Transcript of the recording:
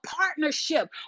partnership